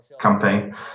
campaign